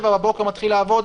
בחירות.